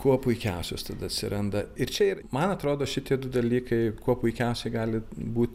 kuo puikiausios tada atsiranda ir čia ir man atrodo šitie du dalykai kuo puikiausiai gali būti